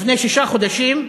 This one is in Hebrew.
לפני שישה חודשים: